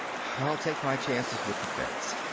i'll take my chances with the fence.